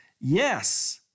yes